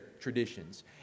traditions